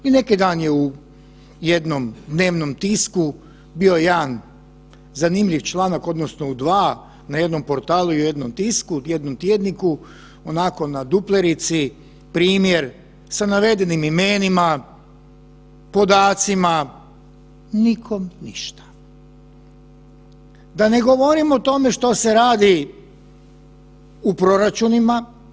I neki dan je u jednom dnevno tisku bio jedan zanimljiv članak odnosno u dva na jednom portalu i u jednom tisku, jednom tjedniku onako na duplerici primjer sa navedenim imenima, podacima, nikom ništa, da ne govorim o tome što se radi u proračunima.